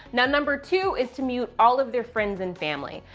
number two is to mute all of their friends and family.